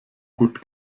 gut